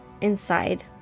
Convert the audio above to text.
inside